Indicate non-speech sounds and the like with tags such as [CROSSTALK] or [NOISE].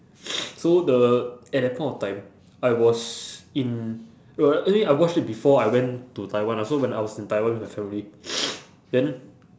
[NOISE] so the at that point of time I was in uh anyway I watched it before I went to taiwan ah so when I was in taiwan with my family [NOISE] then